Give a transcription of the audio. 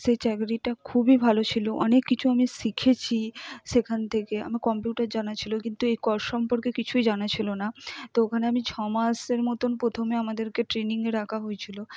সেই চাকরিটা খুবই ভালো ছিল অনেক কিছু আমি শিখেছি সেখান থেকে আমার কম্পিউটার জানা ছিল কিন্তু এই কর সম্পর্কে কিছুই জানা ছিল না তো ওখানে আমি ছ মাসের মতন প্রথমে আমাদেরকে ট্রেনিংয়ে রাখা হয়েছিল